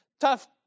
Tough